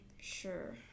sure